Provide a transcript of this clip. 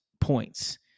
points